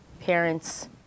parents